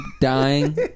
dying